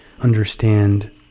understand